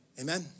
Amen